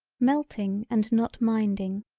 melting and not minding,